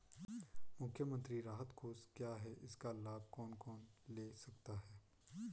मुख्यमंत्री राहत कोष क्या है इसका लाभ कौन कौन ले सकता है?